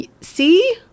see